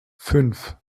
fünf